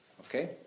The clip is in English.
Okay